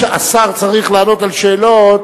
השר צריך לענות על שאלות